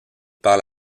par